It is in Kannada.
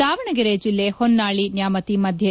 ದಾವಣಗೆರೆ ಜಿಲ್ಲೆ ಹೊನ್ನಾಳಿ ನ್ಯಾಮತಿ ಮಧ್ಯೆ